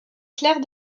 clercs